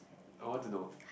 I want to know